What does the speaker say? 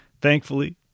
Thankfully